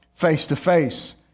face-to-face